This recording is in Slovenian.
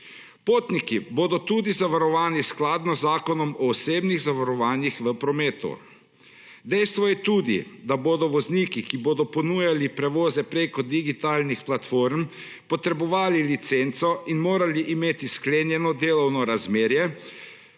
Potniki bodo tudi zavarovani skladno z zakonom o osebnim zavarovanjih v prometu. Dejstvo je tudi, da bodo vozniki, ki bodo ponujali prevoze preko digitalnih platform potrebovali licenco in morali imeti sklenjeno delovno razmerje,